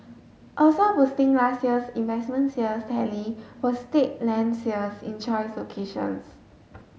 also boosting last year's investment sales tally were state land sales in choice locations